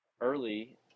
early